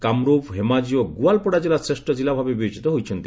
କାମରୁପ୍ ହେମାଜୀ ଓ ଗୁଆଲପଡା ଜିଲ୍ଲା ଶ୍ରେଷ୍ଠ ଜିଲ୍ଲାଭାବେ ବିବେଚିତ ହୋଇଛନ୍ତି